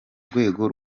rwego